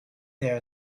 there